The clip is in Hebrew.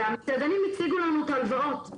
והמסעדנים הציגו לנו את ההלוואות.